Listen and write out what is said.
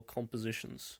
compositions